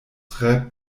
tre